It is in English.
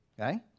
okay